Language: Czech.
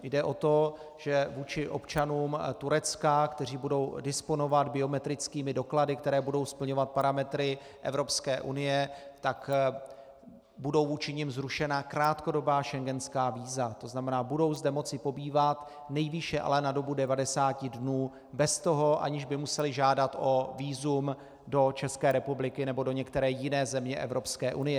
Jde o to, že vůči občanům Turecka, kteří budou disponovat biometrickými doklady, které budou splňovat parametry Evropské unie, tak budou vůči nim zrušena krátkodobá schengenská víza, tzn. budou zde moci pobývat, nejvýše ale na dobu 90 dnů, bez toho, aniž by museli žádat o vízum do České republiky nebo do některé jiné země Evropské unie.